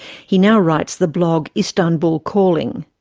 he now writes the blog istanbul calling.